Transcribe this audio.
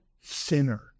sinner